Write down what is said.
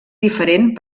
diferent